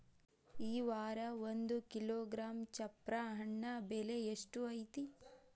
ಈ ವಾರ ಒಂದು ಕಿಲೋಗ್ರಾಂ ಚಪ್ರ ಹಣ್ಣ ಬೆಲೆ ಎಷ್ಟು ಐತಿ?